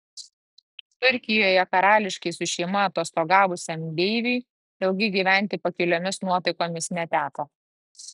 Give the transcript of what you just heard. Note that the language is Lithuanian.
turkijoje karališkai su šeima atostogavusiam deiviui ilgai gyventi pakiliomis nuotaikomis neteko